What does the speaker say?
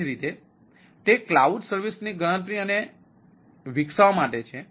એ જ રીતે તે ક્લાઉડ સર્વિસની ગણતરી અને વિકસાવવા માટે છે